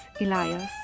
Elias